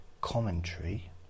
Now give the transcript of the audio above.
commentary